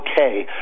okay